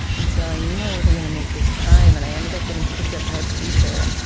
and so i knew i wasn't going to make this time, and i ended up getting picked up by a pacer.